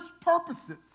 purposes